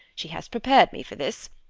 she has prepared me for this.